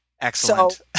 Excellent